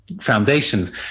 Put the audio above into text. foundations